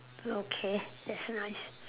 okay that's nice